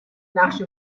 نقش